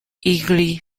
eagerly